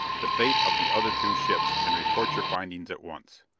the fate of the other two ships, and report your findings at once.